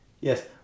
yes